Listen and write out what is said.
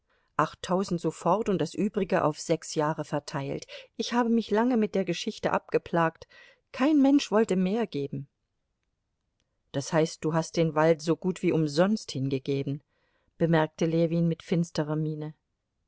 achttausend sofort und das übrige auf sechs jahre verteilt ich habe mich lange mit der geschichte abgeplagt kein mensch wollte mehr geben das heißt du hast den wald so gut wie umsonst hingegeben bemerkte ljewin mit finsterer miene